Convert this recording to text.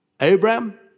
Abraham